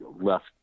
left